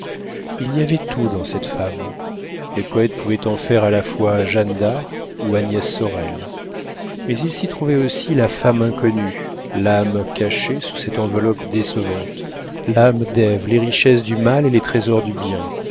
il y avait tout dans cette femme les poëtes pouvaient en faire à la fois jeanne d'arc ou agnès sorel mais il s'y trouvait aussi la femme inconnue l'âme cachée sous cette enveloppe décevante l'âme d'ève les richesses du mal et les trésors du bien